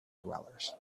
dwellers